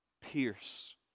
pierce